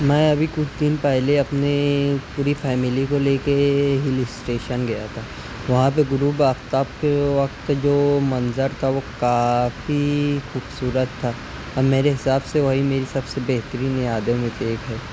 میں ابھی کچھ دِن پہلے اپنے پوری فیملی کو لے کے ہل اسٹیشن گیا تھا وہاں پہ غروب آفتاب کے وقت جو منظر تھا وہ کافی خوبصورت تھا اور میرے حساب سے وہی میری سب سے بہترین یادوں میں سے ایک ہے